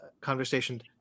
Conversation